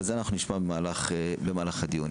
אבל את זה נשמע במהלך הדיון.